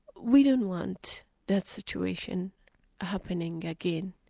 we didn't want that situation happening again,